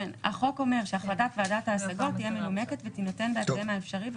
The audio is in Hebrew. החוק אומר שהחלטת ועדת ההשגות תהיה מנומקת ותינתן בהקדם האפשרי,